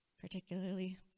particularly